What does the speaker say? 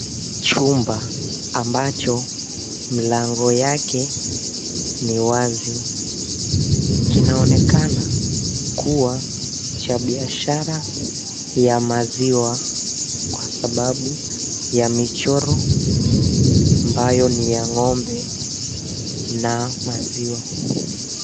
Chumba ambacho mlango yake ni wazi kinaonekana kuwa cha biashara ya maziwa kwa sababu ya michoro ambayo ni ya ng'ombe na maziwa.